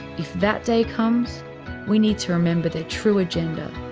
if that day comes we need to remember their true agenda,